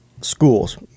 schools